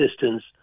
distance